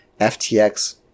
FTX